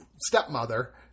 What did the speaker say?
stepmother